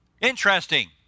Interesting